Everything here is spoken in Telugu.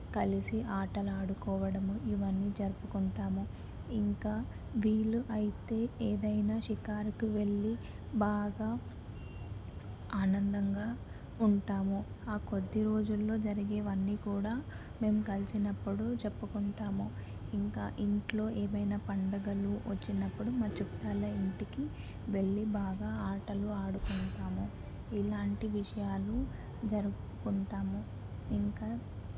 కలిసి ఆటలు ఆడుకోవడము ఇవన్నీ జరుపుకుంటాము ఇంకా వీలు అయితే ఏదైనా షికారుకు వెళ్ళి బాగా ఆనందంగా ఉంటాము ఆ కొద్ది రోజుల్లో జరిగేవన్నీ కూడా మేము కలిసినప్పుడు చెప్పుకుంటాము ఇంకా ఇంట్లో ఏమైనా పండగలు వచ్చినప్పుడు మా చుట్టాల ఇంటికి వెళ్ళి బాగా ఆటలు ఆడుకుంటాము ఇలాంటి విషయాలు జరుపుకుంటాము ఇంకా